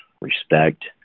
respect